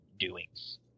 doings